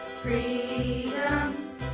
Freedom